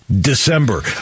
December